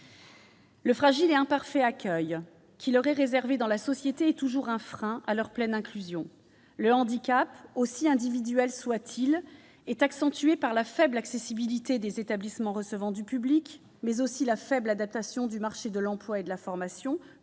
fragile et imparfait qui leur est réservé dans la société demeure un frein à leur pleine inclusion. Le handicap, aussi individuel soit-il, est accentué par la faible accessibilité des établissements recevant du public, mais aussi par la faible adaptation du marché de l'emploi et de la formation,